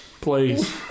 Please